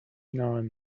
known